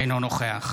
אינו נוכח